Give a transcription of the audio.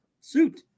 suit